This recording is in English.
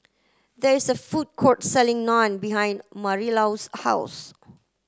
there is a food court selling Naan behind Marilou's house